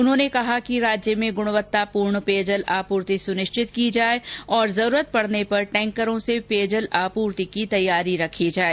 उन्होंने कहा कि प्रदेश में गुणवत्ता पूर्ण पेयजल आपूर्ति सुनिश्चित की जाए और जरूरत पडने पर टैंकरों से पेयजल आपूर्ति की तैयारी रखी जाए